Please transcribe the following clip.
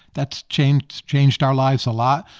that's changed changed our lives a lot.